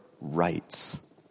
rights